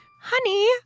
Honey